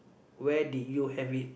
where did you have it